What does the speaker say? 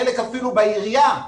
חלק אפילו ילמדו מהעירייה.